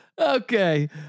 Okay